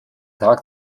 tag